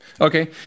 Okay